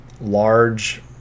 large